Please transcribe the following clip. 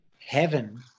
heaven